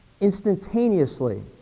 Instantaneously